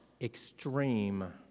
extreme